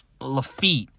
Lafitte